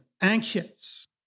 anxious